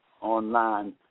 online